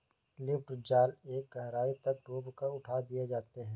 lift जाल एक गहराई तक डूबा कर उठा दिए जाते हैं